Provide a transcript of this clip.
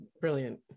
brilliant